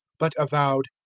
but avowed,